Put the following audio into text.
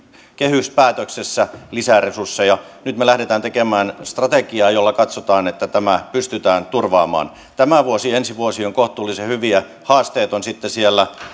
kehyspäätöksessä lisäresursseja nyt me lähdemme tekemään strategiaa jolla katsotaan että tämä pystytään turvaamaan tämä vuosi ja ensi vuosi ovat kohtuullisen hyviä haasteet ovat sitten siellä